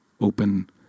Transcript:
open